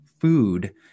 food